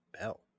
Bell